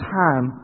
time